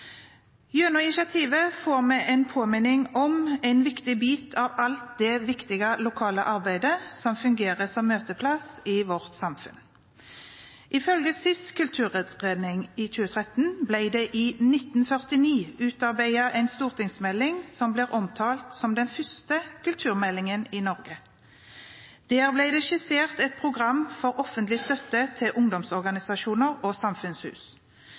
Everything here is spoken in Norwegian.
Gjennom initiativet får vi en påminning om en viktig bit av alt det viktige lokale arbeidet som fungerer som møteplass i vårt samfunn. Ifølge siste kulturutredning, i 2013, ble det i 1949 utarbeidet en stortingsmelding som blir omtalt som «den første kulturmeldingen i Norge». Der ble det skissert et program for offentlig støtte til ungdomsorganisasjoner og samfunnshus.